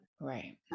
Right